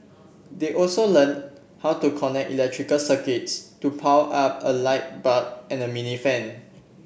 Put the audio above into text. they also learnt how to connect electrical circuits to power up a light bulb and a mini fan